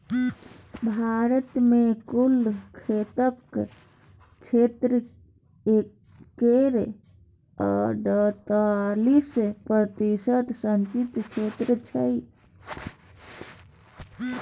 भारत मे कुल खेतक क्षेत्र केर अड़तालीस प्रतिशत सिंचित क्षेत्र छै